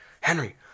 Henry